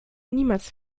niemals